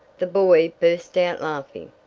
the boy burst out laughing.